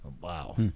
Wow